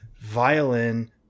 Violin